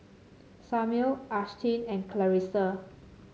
Samir Ashtyn and Clarissa